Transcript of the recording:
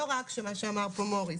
לא רק שמה שאמר פה מוריס,